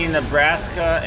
Nebraska